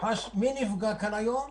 מי נפגע כאן היום?